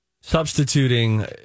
substituting